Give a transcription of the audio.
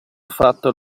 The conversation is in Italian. fatto